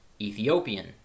Ethiopian